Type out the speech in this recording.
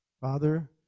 Father